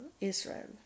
Israel